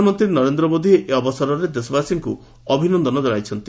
ପ୍ରଧାନମନ୍ତ୍ରୀ ନରେନ୍ଦ୍ର ମୋଦି ଏହି ଅବସରରେ ଦେଶବାସୀଙ୍କୁ ଅଭିନନ୍ଦନ ଜଣାଇଛନ୍ତି